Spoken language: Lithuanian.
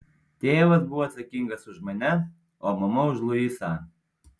tėvas buvo atsakingas už mane o mama už luisą